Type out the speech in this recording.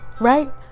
right